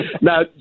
Now